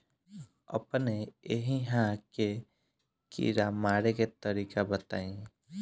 अपने एहिहा के कीड़ा मारे के तरीका बताई?